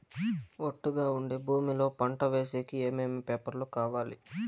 ఒట్టుగా ఉండే భూమి లో పంట వేసేకి ఏమేమి పేపర్లు కావాలి?